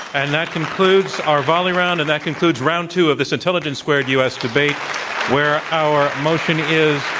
and that concludes our volley round and that concludes round two of this intelligence squared u. s. debate where our motion is,